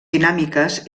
dinàmiques